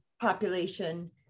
population